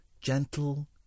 gentle